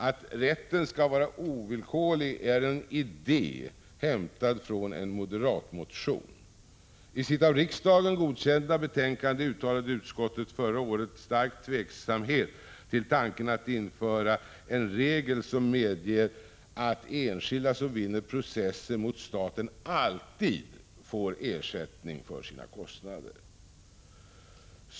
Att rätten skall vara ovillkorlig är en idé hämtad från en moderatmotion. I sitt av riksdagen godkända betänkande uttalade utskottet förra året en stark tveksamhet till tanken att införa en regel som medger att enskilda som vinner processer mot staten alltid får ersättning för sina kostnader.